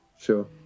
Sure